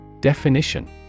Definition